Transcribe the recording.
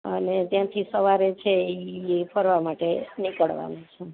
અને ત્યાંથી સવારે છે ઈ ફરવા માટે નીકળવાનું